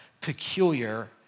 peculiar